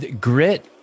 Grit